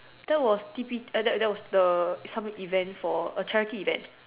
that was T_P eh that that was the coming event for a charity event